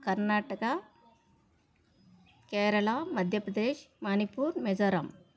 Karnataka Kerala Madhya Pradesh Manipur Mizoram